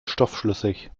stoffschlüssig